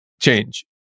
change